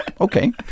okay